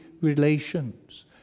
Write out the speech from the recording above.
Relations